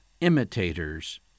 imitators